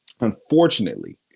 unfortunately